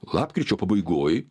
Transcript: lapkričio pabaigoj